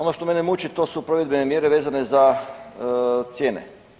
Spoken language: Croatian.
Ono što mene muči to su provedbene mjere vezane za cijene.